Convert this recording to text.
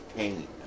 pain